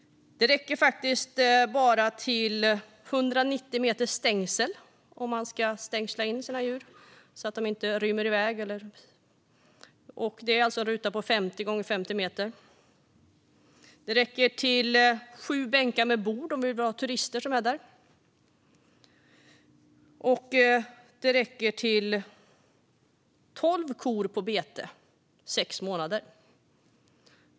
Det räcker bara till 190 meter stängsel om man ska stängsla in sina djur så att de inte rymmer. Det är alltså en ruta på knappt 50 gånger 50 meter. Det räcker till sju bänkar med bord om man vill ha turister där. Det räcker till tolv kor på bete i sex månader.